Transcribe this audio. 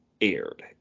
aired